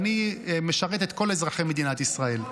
אני משרת את כל אזרחי מדינת ישראל,